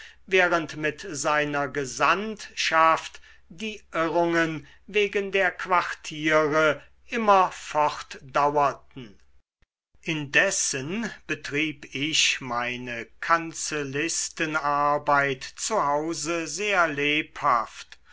während mit seiner gesandtschaft die irrungen wegen der quartiere immer fortdauerten indessen betrieb ich meine kanzelistenarbeit zu hause sehr lebhaft